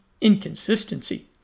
inconsistency